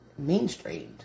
mainstreamed